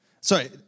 Sorry